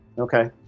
Okay